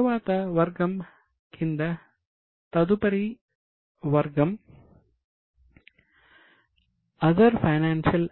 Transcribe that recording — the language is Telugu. తరువాత NCA కింద తదుపరి వర్గం ఫైనాన్సియల్